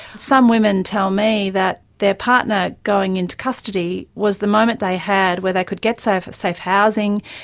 some women tell me that their partner going into custody was the moment they had where they could get safe safe housing,